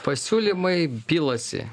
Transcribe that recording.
pasiūlymai pilasi